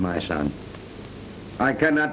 my son i cannot